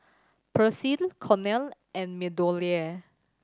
Persil Cornell and MeadowLea